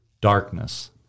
darkness